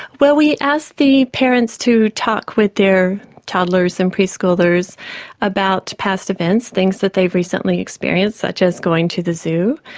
well we ask the parents to talk with their toddlers and pre-schoolers about past events, things that they've recently experienced such as going to the zoo,